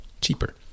cheaper